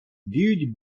віють